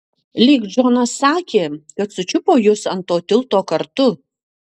lyg džonas sakė kad sučiupo jus ant to tilto kartu